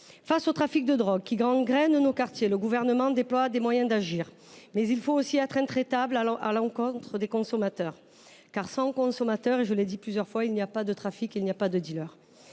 Face au trafic de drogue qui gangrène nos quartiers, le Gouvernement déploie les moyens d’agir. Mais il faut aussi être intraitable à l’encontre des consommateurs. Car, sans consommateurs, je l’ai dit plusieurs fois, il n’y a pas de trafic, il n’y a pas de dealers.